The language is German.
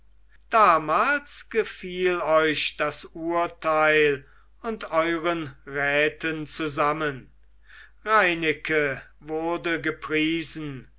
damals gefiel euch das urteil und euren räten zusammen reineke wurde gepriesen